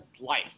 life